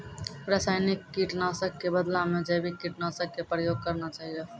रासायनिक कीट नाशक कॅ बदला मॅ जैविक कीटनाशक कॅ प्रयोग करना चाहियो